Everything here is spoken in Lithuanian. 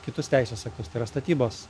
kitus teisės aktus yra statybos